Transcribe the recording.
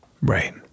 Right